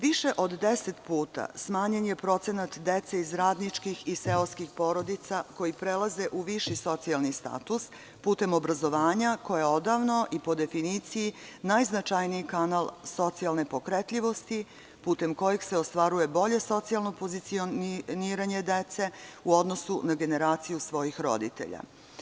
Više od 10 puta smanjen je procenat dece iz radničkih i seoskih porodica koji prelaze u viši socijalni status putem obrazovanja koje je odavno i po definiciji najznačajniji kanal socijalne pokretljivosti putem kojeg se ostvaruje bolje socijalno pozicioniranje dece u odnosu na generaciju svojih roditelja.